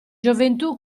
gioventù